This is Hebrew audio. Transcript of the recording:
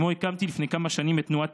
שעימו הקמתי לפני כמה שנים את תנועת